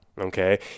Okay